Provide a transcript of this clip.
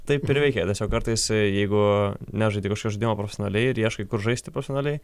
taip ir veikia tiesiog kartais jeigu nežadi kažkokio žaidimo profesonaliai ir ieškai kur žaisti profesonaliai